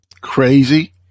crazy